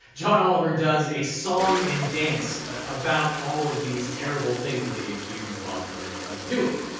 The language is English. john oliver does a song and dance about all of these terrible things that they accuse bob murray of doing.